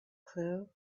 clue